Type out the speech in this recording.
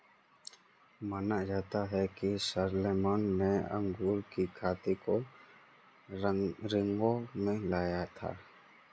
माना जाता है कि शारलेमेन ने अंगूर की खेती को रिंगौ में लाया था